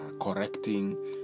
correcting